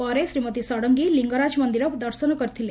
ପରେ ଶ୍ରୀମତୀ ଷଡ଼ଙ୍ଗୀ ଲିଙ୍ଗରାଜ ମନିର ଦର୍ଶନ କରିଥିଲେ